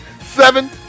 Seven